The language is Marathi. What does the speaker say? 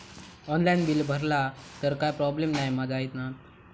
ऑनलाइन बिल भरला तर काय प्रोब्लेम नाय मा जाईनत?